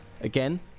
Again